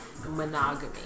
monogamy